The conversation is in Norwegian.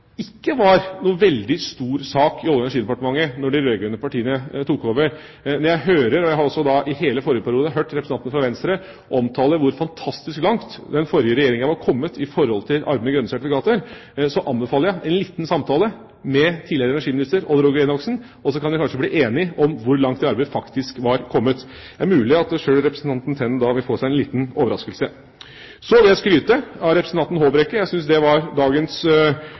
ikke var noen veldig stor sak i Olje- og energidepartementet da de rød-grønne partiene tok over. Når jeg hører, og jeg har også i hele forrige periode hørt representanten fra Venstre omtale hvor fantastisk langt den forrige regjeringen var kommet i arbeidet med grønne sertifikater, så anbefaler jeg en liten samtale med tidligere olje- og energiminister Odd Roger Enoksen, og så kan dere kanskje bli enige om hvor langt det arbeidet faktisk var kommet. Det er mulig at selv representanten Tenden vil få seg en liten overraskelse. Så vil jeg skryte av representanten Håbrekke. Jeg syns det var dagens